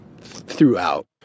throughout